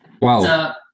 Wow